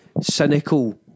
cynical